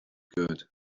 good